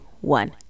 one